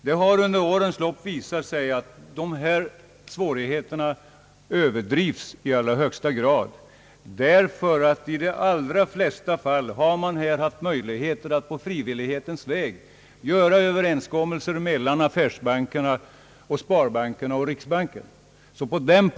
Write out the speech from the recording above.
Det har under årens lopp visat sig att svårigheterna härvidlag överdrivits i allra högsta grad. I de flesta fall har möjligheter funnits att på frivillighetens väg träffa överenskommelser mellan <affärsbankerna, sparbankerna och riksbanken.